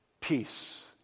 Peace